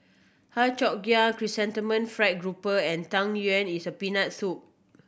Har Cheong Gai Chrysanthemum Fried Grouper and Tang Yuen is a Peanut Soup